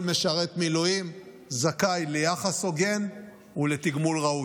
כל משרת מילואים זכאי ליחס הוגן ולתגמול ראוי.